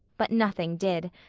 but nothing did.